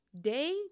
day